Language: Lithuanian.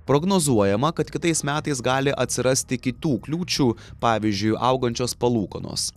prognozuojama kad kitais metais gali atsirasti kitų kliūčių pavyzdžiui augančios palūkanos